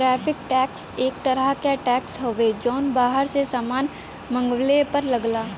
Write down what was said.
tariff tax एक तरह क टैक्स हउवे जौन बाहर से सामान मंगवले पर लगला